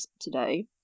today